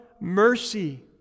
mercy